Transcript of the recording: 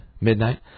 midnight